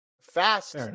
Fast